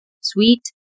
Sweet